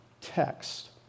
text